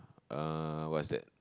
uh what's that